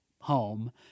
home